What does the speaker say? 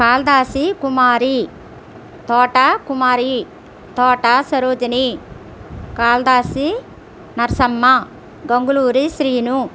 Kalidasi Kumari Thota Kumari Thota Sarojini Kalidasi Narsamma Ganguluri Srinu